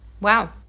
Wow